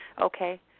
Okay